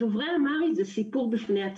דוברי אמהרית הוא סיפור בפני עצמו.